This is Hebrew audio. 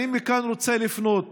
אני רוצה לפנות